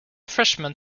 freshman